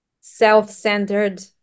self-centered